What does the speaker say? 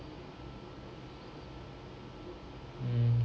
mm